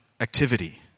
activity